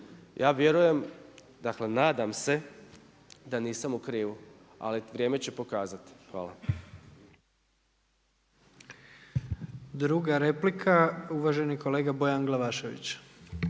Ja vjerujem, dakle nadam se da nisam u krivu ali vrijeme će pokazati. Hvala. **Jandroković, Gordan (HDZ)** Druga replika uvaženi kolega Bojan Glavašević.